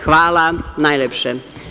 Hvala najlepše.